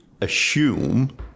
assume